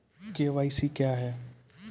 KYC क्या हैं?